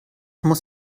muss